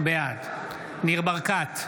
בעד ניר ברקת,